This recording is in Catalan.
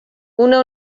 una